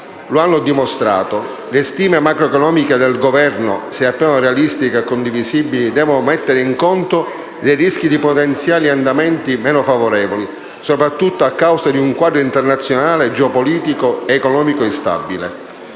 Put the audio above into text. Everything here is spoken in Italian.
lo hanno dimostrato: le stime macroeconomiche del Governo, se appaiono realistiche e condivisibili, devono mettere in conto dei rischi di potenziali andamenti meno favorevoli, soprattutto a causa di un quadro internazionale, geopolitico ed economico, instabile.